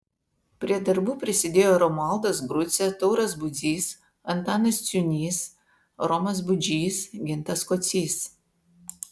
prie darbų prisidėjo romualdas grucė tauras budzys antanas ciūnys romas budžys gintas kocys